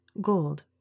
gold